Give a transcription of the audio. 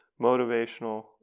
Motivational